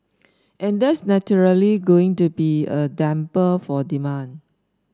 and that's naturally going to be a damper for demand